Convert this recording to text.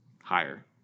Higher